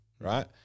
right